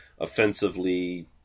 offensively